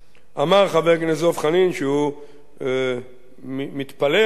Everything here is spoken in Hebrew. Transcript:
אמר חבר הכנסת דב חנין שהוא מתפלא על כך